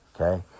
okay